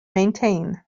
maintain